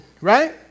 Right